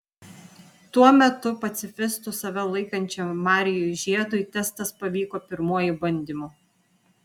tuo metu pacifistu save laikančiam marijui žiedui testas pavyko pirmuoju bandymu